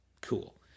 Cool